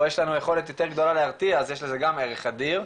יש לנו יכולת יותר גדולה להרתיע אז יש לזה גם ערך אדיר,